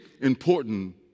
important